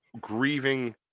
grieving